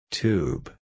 Tube